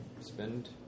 Spend